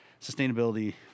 sustainability